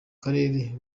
karere